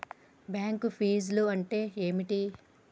Bank ఫీజ్లు అంటే ఏమిటి?